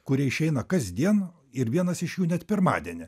kurie išeina kasdien ir vienas iš jų net pirmadienį